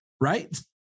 right